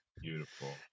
beautiful